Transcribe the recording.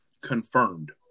confirmed